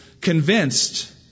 convinced